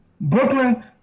Brooklyn